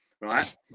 right